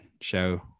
show